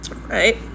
Right